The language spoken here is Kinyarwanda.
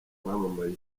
wamamaye